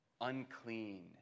unclean